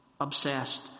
obsessed